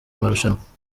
marushanwa